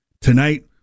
Tonight